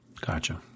Gotcha